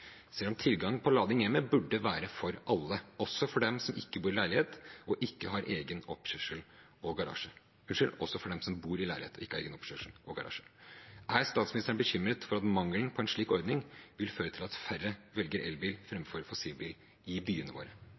selv om tilgang på lading hjemme burde være for alle, også for dem som bor i leilighet og ikke har egen oppkjørsel eller garasje. Er statsministeren bekymret for at mangelen på en slik ordning vil føre til at færre velger elbil framfor fossilbil i byene våre?